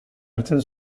hartzen